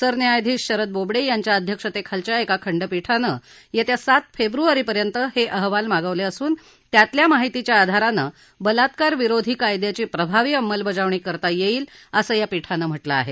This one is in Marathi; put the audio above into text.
सरन्यायाधीश शरद बोबडे यांच्या अध्यक्षतेखालच्या एका खंडपीठानं येत्या सात फेब्रुवारीपर्यंत हे अहवाल मागवले असून त्यातल्या माहितीच्या आधारानं बलात्कारविरोधी कायद्याची प्रभावी अंमलबजावणी करता येईल असं या पीठानं म्हटलं आहे